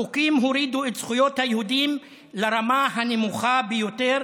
החוקים הורידו את זכויות היהודים לרמה הנמוכה ביותר,